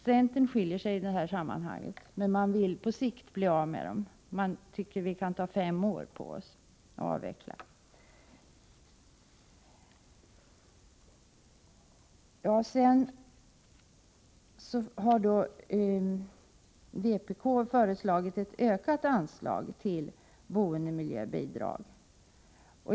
Centern skiljer i detta sammanhang ut sig och vill att bidragen skall avskaffas med en femårig avvecklingsplan. Vpk har föreslagit ett ökat anslag till boendemiljöbidrag.